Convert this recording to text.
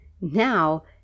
Now